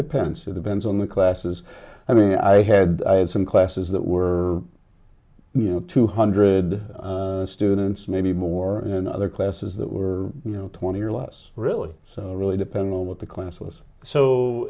pencil depends on the classes i mean i had i had some classes that were you know two hundred students maybe more in other classes that were you know twenty or less really so it really depends on what the class was so